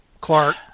Clark